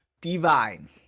divine